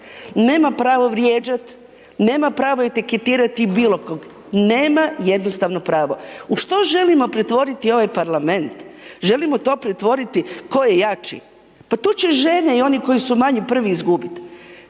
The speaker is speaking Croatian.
nema pravo vrijeđat, nema pravo etiketirati bilo kog, nema jednostavno pravo. U što želimo pretvoriti ovaj Parlament? Želimo to pretvoriti tko je jači, pa tu će žene i oni koji su manji prvi izgubit,